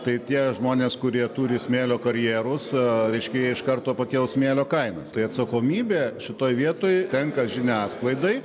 tai tie žmonės kurie turi smėlio karjerus reiškia jie iš karto pakels smėlio kainas tai atsakomybė šitoj vietoj tenka žiniasklaidai